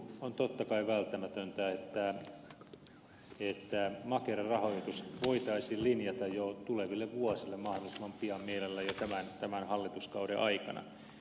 on totta kai välttämätöntä että makeran rahoitus voitaisiin linjata jo tuleville vuosille mahdollisimman pian mielellään jo tämän hallituskauden aikana